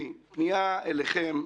התייחסתי אליו ברצינות.